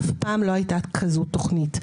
אף פעם לא הייתה כזו תוכנית.